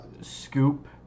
scoop